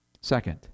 Second